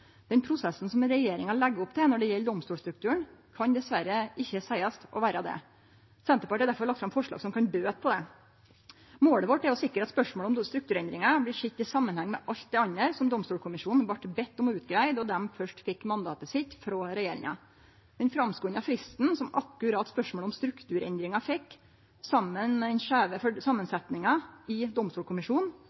Den prosessen som regjeringa legg opp til når det gjeld domstolstrukturen, kan dessverre ikkje seiast å vere det. Senterpartiet har derfor lagt fram forslag som kan bøte på det. Målet vårt er å sikre at spørsmålet om strukturendringar blir sett i samanheng med alt det andre som Domstolkommisjonen vart bedd om å greie ut då dei først fekk mandatet sitt frå regjeringa. Den framskunda fristen som akkurat spørsmålet om strukturendringar fekk, saman med den skeive samansetninga i Domstolkommisjonen,